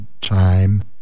Time